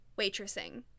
waitressing